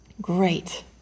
Great